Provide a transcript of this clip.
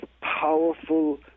powerful